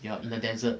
you are in the desert